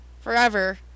forever